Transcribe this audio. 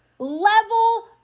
level